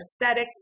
aesthetic